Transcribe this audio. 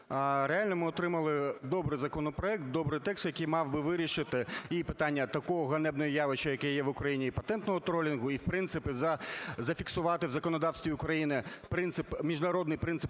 реально ми отримали добрий законопроект, добрий текст, який мав би вирішити і питання такого ганебного явища, яке є в Україні, і "патентного тролінгу", і, в принципі, зафіксувати в законодавстві України принцип, міжнародний принцип